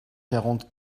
quarante